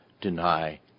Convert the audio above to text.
deny